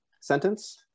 sentence